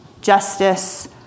justice